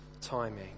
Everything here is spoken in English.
timing